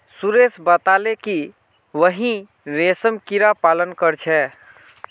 सुरेश बताले कि वहेइं रेशमेर कीड़ा पालन कर छे